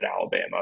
Alabama